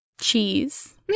cheese